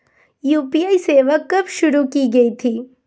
UPI सेवा कब शुरू की गई थी?